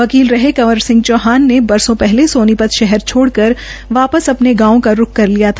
वकील रहे कंवर सिंह ने बरसों पहले सोनीपत शहर छोड़कर अपने अपने गांव का रूख कर लिया था